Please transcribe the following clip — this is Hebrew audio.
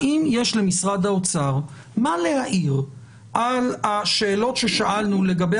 האם יש למשרד האוצר מה להעיר על השאלות ששאלנו לגבי